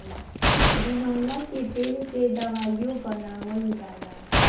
बिनौला के तेल से दवाईओ बनावल जाला